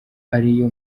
ariyo